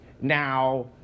Now